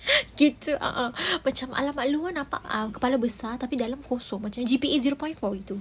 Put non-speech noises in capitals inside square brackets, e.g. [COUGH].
[LAUGHS] gitu uh uh macam dekat luar nampak kepala besar uh tapi dalam kosong macam G_P_A zero point four gitu